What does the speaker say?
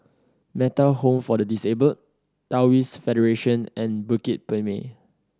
Metta Home for the Disabled Taoist Federation and Bukit Purmei